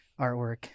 artwork